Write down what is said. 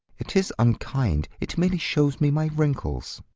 it is unkind. it merely shows me my wrinkles.